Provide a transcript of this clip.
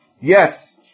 Yes